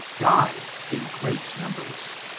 die in great numbers.